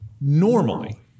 Normally